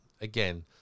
again